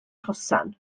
hosan